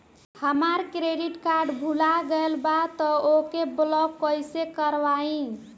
हमार credit card भुला गएल बा त ओके ब्लॉक कइसे करवाई?